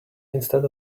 instead